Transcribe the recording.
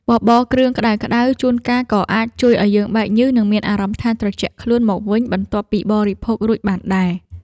បបរគ្រឿងក្តៅៗជួនកាលក៏អាចជួយឱ្យយើងបែកញើសនិងមានអារម្មណ៍ថាត្រជាក់ខ្លួនមកវិញបន្ទាប់ពីបរិភោគរួចបានដែរ។